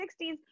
1960s